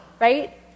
Right